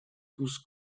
tous